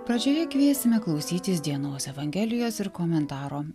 pradžioje kviesime klausytis dienos evangelijos ir komentaro